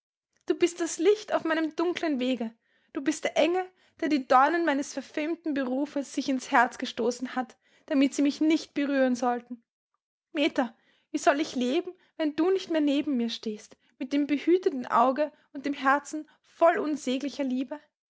du bist das licht auf meinem dunklen wege du bist der engel der die dornen meines verfemten berufes sich ins herz gestoßen hat damit sie mich nicht berühren sollten meta wie soll ich leben wenn du nicht mehr neben mir stehst mit dem behütenden auge und dem herzen voll unsäglicher liebe